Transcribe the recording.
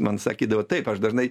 man sakydavo taip aš dažnai